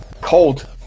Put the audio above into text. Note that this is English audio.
Cold